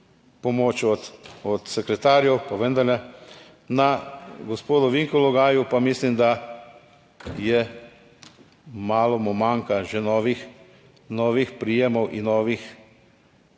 pomoč od sekretarjev, pa vendarle na gospodu Vinku Logaju pa mislim, da malo mu manjka že novih, novih prijemov in novih